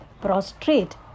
prostrate